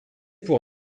pour